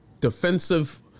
Defensive